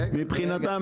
מבחינתם,